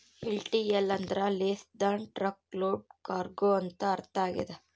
LTL ಅಂದ್ರ less than truck load cargo ಅಂತ ಅರ್ಥ ಆಗ್ಯದ